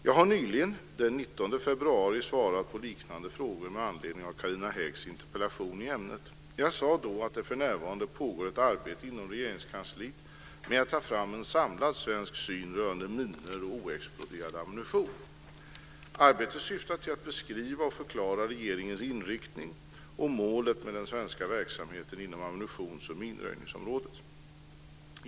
Jag har nyligen, den 19 februari, svarat på liknande frågor med anledning av Carina Häggs interpellation i ämnet. Jag sade då att det för närvarande pågår ett arbete inom Regeringskansliet med att ta fram en samlad svensk syn rörande minor och oexploderad ammunition. Arbetet syftar till att beskriva och förklara regeringens inriktning och målet med den svenska verksamheten inom ammunitions och minröjningsområdet.